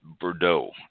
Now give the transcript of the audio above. Bordeaux